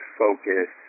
focus